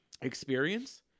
experience